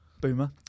Boomer